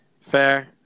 Fair